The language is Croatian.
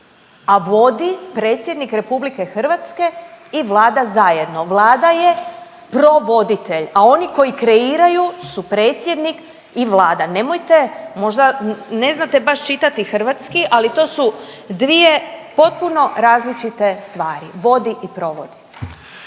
a vodi predsjednik RH i Vlada zajedno. Vlada je provoditelj, a oni koji kreiraju su predsjednik i Vlada. Možda ne znate baš čitati hrvatski, ali to su dvije potpuno različite stvari. Vodi i provodi.